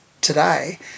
today